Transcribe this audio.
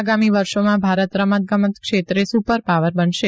આગામી વર્ષોમાં ભારત રમત ગમત ક્ષેત્રે સુપર પાવર બનશે